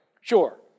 Sure